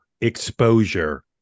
exposure